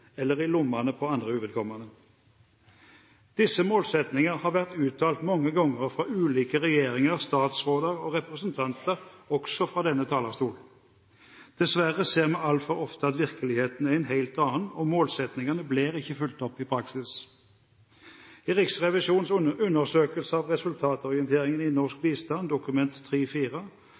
eller i lommene på uvedkommende. Disse målsettingene har vært uttalt mange ganger fra ulike regjeringer, statsråder og representanter, også fra denne talerstol. Dessverre ser vi altfor ofte at virkeligheten er en helt annen, og målsettingene blir ikke fulgt opp i praksis. I Riksrevisjonens undersøkelse av resultatorienteringen i norsk bistand, Dokument